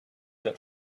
that